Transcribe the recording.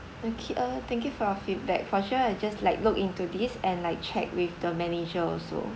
okay uh thank you for your feedback for sure I just like look into this and like check with the manager also